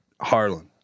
Harlan